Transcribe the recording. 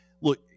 look